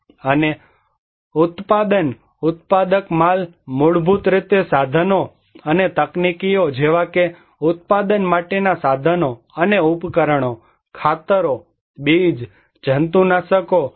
અને ઉત્પાદન ઉત્પાદક માલ મૂળભૂત રૂપે સાધનો અને તકનીકીઓ જેવા કે ઉત્પાદન માટેના સાધનો અને ઉપકરણો ખાતરો બીજ જંતુનાશકો